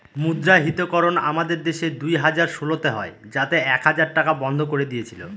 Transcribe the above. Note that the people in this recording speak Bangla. মুদ্রাহিতকরণ আমাদের দেশে দুই হাজার ষোলোতে হয় যাতে এক হাজার টাকা বন্ধ করে দিয়েছিল